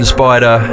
Spider